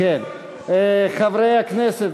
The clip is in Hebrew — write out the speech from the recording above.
חברי הכנסת,